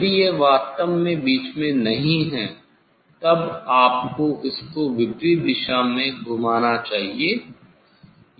यदि यह वास्तव में मध्य में नहीं है तब आपको इसको विपरीत दिशा में घुमाना चाहिए